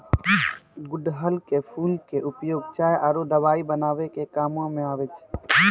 गुड़हल के फूल के उपयोग चाय आरो दवाई बनाय के कामों म आबै छै